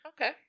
Okay